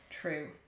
true